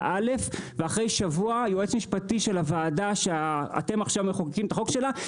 א' ואחרי שבוע יועץ משפטי של הוועדה שאתם עכשיו מחוקקים את החוק שלה,